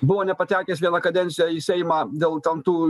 buvo nepatekęs vieną kadenciją į seimą dėl ten tų